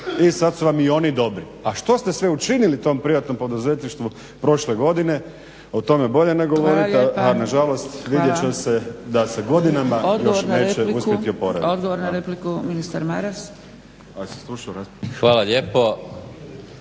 i sada su vam i oni dobri. A što ste sve učinili tom privatnom poduzetništvu prošle godine o tome bolje ne govoriti a nažalost vidjet će se da se godinama još neće uspjeti oporaviti. **Zgrebec, Dragica (SDP)** Hvala lijepa.